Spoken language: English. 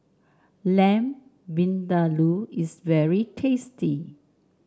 Lamb Vindaloo is very tasty